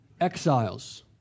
exiles